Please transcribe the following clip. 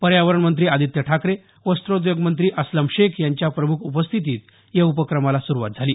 पर्यावरण मंत्री आदित्य ठाकरे वस्त्रोद्योग मंत्री अस्लम शेख यांच्या प्रम्ख उपस्थितीत या उपक्रमाला सुरुवात झाली